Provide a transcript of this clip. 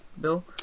bill